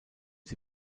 sie